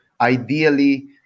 ideally